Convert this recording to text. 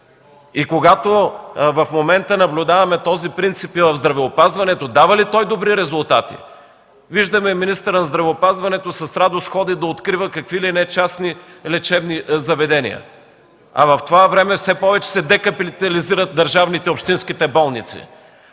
В момента наблюдаваме този принцип и в здравеопазването. Дава ли той добри резултати? Виждаме, че министърът на здравеопазването с радост ходи да открива какви ли не частни лечебни заведения, а в това време все повече се декапитализират държавните и общинските болници.